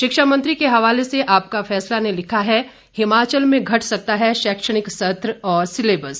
शिक्षा मंत्री के हवाले से आपका फैसला ने लिखा है हिमाचल में घट सकता है शैक्षणिक सत्र और सिलेबस